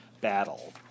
battle